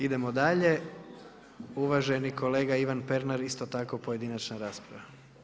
Idemo dalje, uvaženi kolega Ivan Pernar, isto tako pojedinačna rasprava.